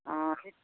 অঁ সেই